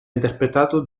interpretato